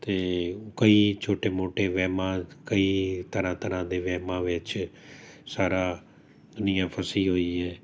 ਅਤੇ ਕਈ ਛੋਟੇ ਮੋਟੇ ਵਹਿਮਾਂ ਕਈ ਤਰ੍ਹਾਂ ਤਰ੍ਹਾਂ ਦੇ ਵਹਿਮਾਂ ਵਿੱਚ ਸਾਰਾ ਦੁਨੀਆ ਫਸੀ ਹੋਈ ਹੈ